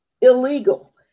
illegal